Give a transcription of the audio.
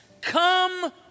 come